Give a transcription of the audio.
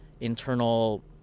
internal